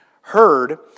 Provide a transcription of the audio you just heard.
heard